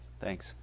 Thanks